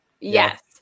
Yes